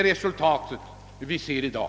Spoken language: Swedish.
Resultatet kan vi se i dag.